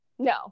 No